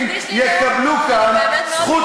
מה זה שייך לחוק?